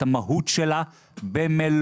את המהות שלה במלואה.